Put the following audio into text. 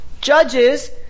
judges